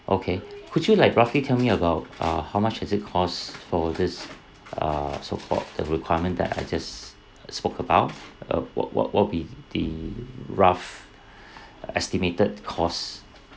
okay could you like roughly tell me about uh how much does it cost for this uh so called the requirement that I just spoke about uh what what what will be the rough estimated costs